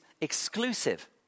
exclusive